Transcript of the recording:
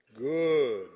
good